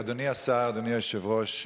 אדוני השר, אדוני היושב-ראש,